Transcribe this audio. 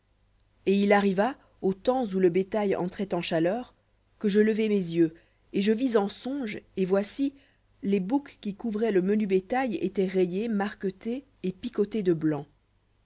et il arriva au temps où le bétail entrait en chaleur que je levai mes yeux et je vis en songe et voici les boucs qui couvraient le menu bétail étaient rayés marquetés et picotés de blanc